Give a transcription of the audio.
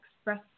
express